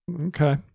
Okay